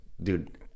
Dude